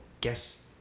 guess